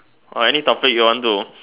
or any topic you want to